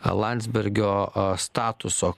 landsbergio o statuso